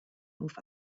auf